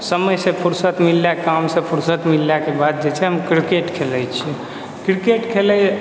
समयसँ फुरसत मिलला कामसँ फुरसत मिललाके बाद जे छे हम किरकेट खेलै छिए किरकेट खेलै लए